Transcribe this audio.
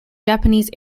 japanese